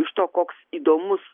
iš to koks įdomus